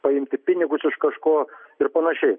paimti pinigus iš kažko ir panašiai